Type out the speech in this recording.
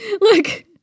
look